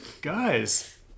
Guys